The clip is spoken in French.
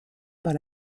par